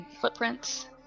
footprints